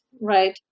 right